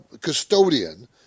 custodian